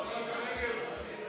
של חברי הכנסת חיים ילין